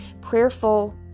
prayerful